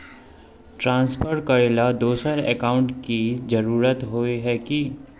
Transfer करेला दोसर account की जरुरत होय है की?